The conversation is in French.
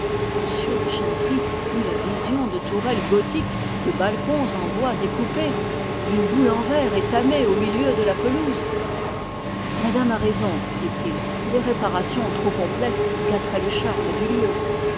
de chanteprie eut la vision de tourelles gothiques de balcons en bois découpé d'une boule en verre étamé au milieu de la pelouse madame a raison dit-il des réparations trop complètes gâteraient le charme du lieu